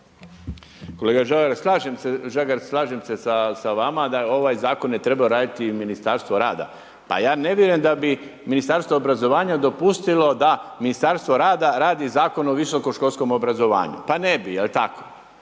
Kolega Žagar, slažem se sa vama da ovaj zakon je trebalo Ministarstvo rada. Pa ja ne vjerujem da bi Ministarstvo obrazovanja dopustilo da Ministarstvo rada radi Zakon o visokoškolskom obrazovanju, pa ne bi, jel' tako.